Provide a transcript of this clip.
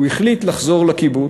הוא החליט לחזור לקיבוץ.